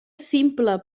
simple